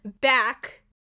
back